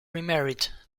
remarried